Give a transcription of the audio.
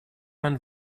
man